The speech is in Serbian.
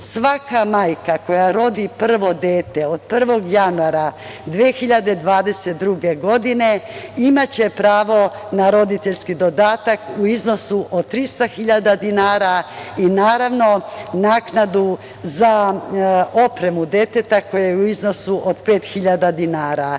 Svaka majka koja rodi prvo dete od 1. januara 2022. godine imaće pravo na roditeljski dodatak u iznosu od 300 hiljada dinara i, naravno, naknadu za opremu deteta koja je u iznosu od pet hiljada